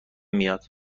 میاد